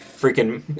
freaking